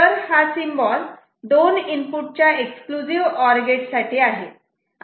तर हा सिम्बॉल दोन इनपुट च्या एक्सक्लुझिव्ह ऑर गेट साठी आहे